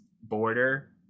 border